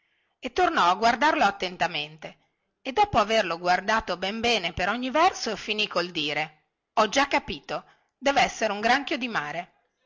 e tornò a guardarlo attentamente e dopo averlo guardato ben bene per ogni verso finì col dire ho già capito devessere un granchio di mare